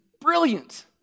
brilliant